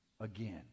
again